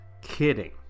kidding